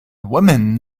woman